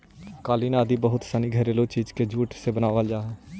कालीन आदि बहुत सनी घरेलू चीज के जूट से बनावल जा हइ